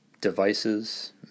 devices